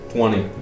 Twenty